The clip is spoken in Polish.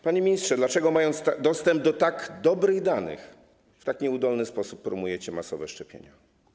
Panie ministrze, dlaczego mając dostęp do tak dobrych danych, w tak nieudolny sposób promujecie masowe szczepienia?